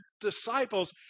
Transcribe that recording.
disciples